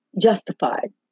justified